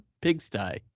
pigsty